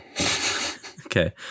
Okay